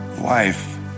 life